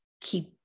keep